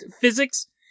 physics